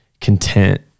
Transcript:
content